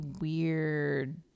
weird